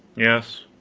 yes,